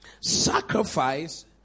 sacrifice